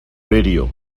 radio